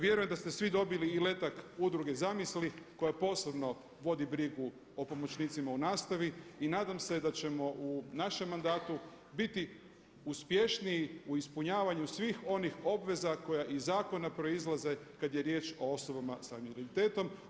Vjerujem da ste svi dobili i letak Udruge „Zamisli“ koja posebno vodi brigu o pomoćnicima u nastavi i nadam se da ćemo u našem mandatu biti uspješniji u ispunjavanju svih onih obveza koja iz zakona proizlaze kada je riječ o osobama s invaliditetom.